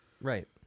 right